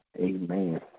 Amen